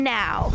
now